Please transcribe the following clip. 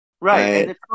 Right